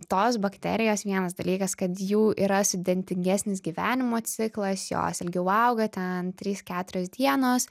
tos bakterijos vienas dalykas kad jų yra sudėtingesnis gyvenimo ciklas jos ilgiau auga ten trys keturios dienos